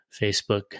Facebook